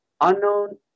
Unknown